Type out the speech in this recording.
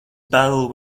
battle